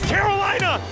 Carolina